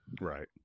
Right